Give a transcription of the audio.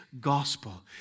gospel